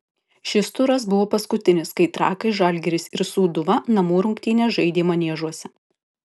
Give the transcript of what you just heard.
šis turas buvo paskutinis kai trakai žalgiris ir sūduva namų rungtynes žaidė maniežuose